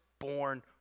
born